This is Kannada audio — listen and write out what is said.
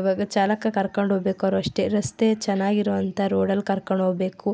ಇವಾಗ ಚಾಲಕ ಕರ್ಕೊಂಡು ಹೋಗ್ಬೇಕಾದ್ರು ಅಷ್ಟೇ ರಸ್ತೆ ಚೆನ್ನಾಗಿರುವಂಥ ರೋಡಲ್ಲಿ ಕರ್ಕೊಂಡು ಹೊಗ್ಬೇಕು